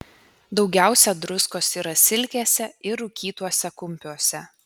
daugiausia druskos yra silkėse ir rūkytuose kumpiuose